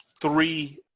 three